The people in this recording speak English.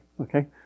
okay